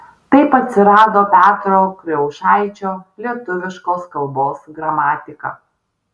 taip atsirado petro kriaušaičio lietuviškos kalbos gramatika